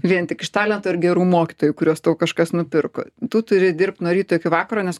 vien tik iš talento ir gerų mokytojų kuriuos tau kažkas nupirko tu turi dirbt nuo ryto iki vakaro nes